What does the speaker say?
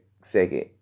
second